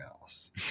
else